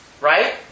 Right